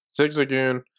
Zigzagoon